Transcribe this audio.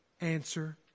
Answer